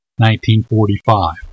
1945